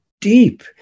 deep